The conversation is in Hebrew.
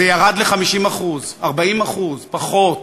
זה ירד ל-50%, ל-40%, פחות.